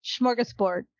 smorgasbord